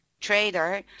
trader